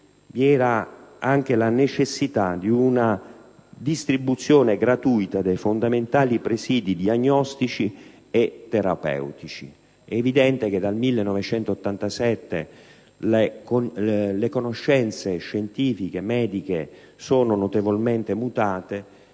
vi era anche la necessità di una distribuzione gratuita dei fondamentali presidi diagnostici e terapeutici. È evidente che dal 1987 le conoscenze scientifico-mediche sono notevolmente mutate.